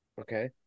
okay